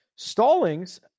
Stallings